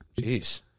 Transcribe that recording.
jeez